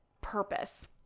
purpose